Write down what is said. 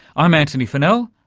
i'm antony funnell,